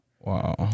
Wow